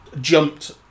jumped